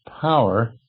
power